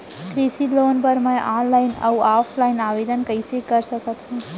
कृषि लोन बर मैं ऑनलाइन अऊ ऑफलाइन आवेदन कइसे कर सकथव?